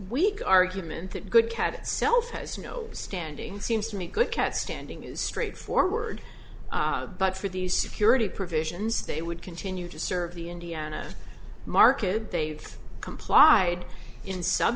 weak argument that good cat itself has no standing seems to me good cat standing is straight forward but for these security provisions they would continue to serve the indiana market they've complied in